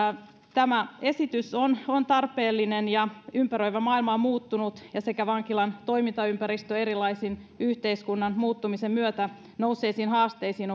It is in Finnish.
tämä esitys on on tarpeellinen ympäröivä maailma on muuttunut ja vankilan toimintaympäristö on muuttunut erilaisten yhteiskunnan muuttumisen myötä nousseiden haasteiden